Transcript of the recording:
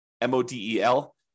M-O-D-E-L